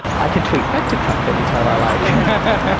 i can tweet back to trump any time i like.